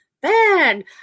bad